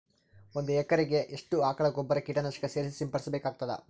ಒಂದು ಎಕರೆಗೆ ಎಷ್ಟು ಆಕಳ ಗೊಬ್ಬರ ಕೀಟನಾಶಕ ಸೇರಿಸಿ ಸಿಂಪಡಸಬೇಕಾಗತದಾ?